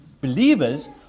believers